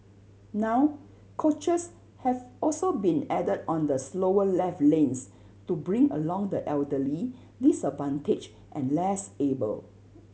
now coaches have also been added on the slower left lanes to bring along the elderly disadvantaged and less able